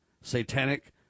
satanic